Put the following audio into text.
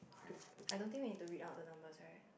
to I don't think we need to read out the numbers right